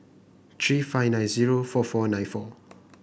three five nine zero four four nine four